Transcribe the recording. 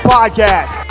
Podcast